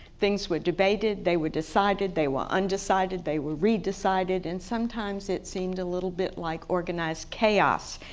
things were debated they were decided, they were undecided, they were re-decided, and sometimes it seemed a little bit like organized chaos.